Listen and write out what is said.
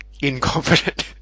incompetent